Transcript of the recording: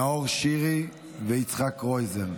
נאור שירי ויצחק קרויזר.